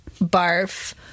barf